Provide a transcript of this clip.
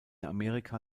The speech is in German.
amerika